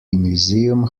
museum